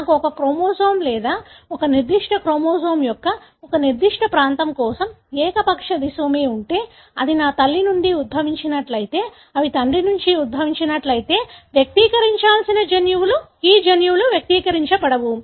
నాకు ఒక క్రోమోజోమ్ లేదా ఒక నిర్దిష్ట క్రోమోజోమ్ యొక్క ఒక నిర్దిష్ట ప్రాంతం కోసం ఏకపక్ష డిసోమి ఉంటే అది నా తల్లి నుండి ఉద్భవించినట్లయితే అవి తండ్రి నుండి ఉద్భవించినట్లయితే వ్యక్తీకరించాల్సిన జన్యువులు ఈ జన్యువులు వ్యక్తీకరించ బడవు